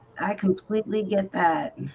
i completely get that